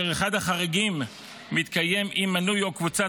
אחד החריגים מתקיים אם מנוי או קבוצת